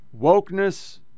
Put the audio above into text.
wokeness